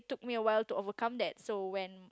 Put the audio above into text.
took me a while to overcome that so when